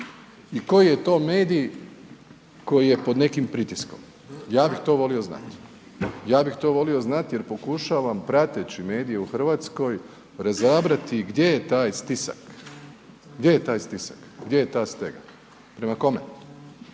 i koji je to medij koji je pod nekim pritiskom, ja bih to volio znati jer pokušavam prateći medije u RH razabrati gdje je taj stisak, gdje je ta stega, prema kome.